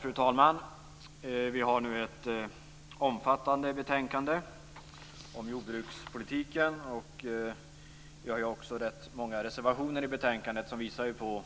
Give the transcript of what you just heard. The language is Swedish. Fru talman! Vi har nu ett omfattande betänkande om jordbrukspolitiken, och vi har också rätt många reservationer i betänkandet som visar på